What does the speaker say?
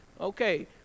Okay